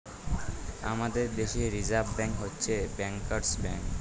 আমাদের দ্যাশে Reserve Bank হছে ব্যাংকার্স ব্যাংক